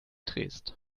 drehst